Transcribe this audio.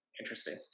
interesting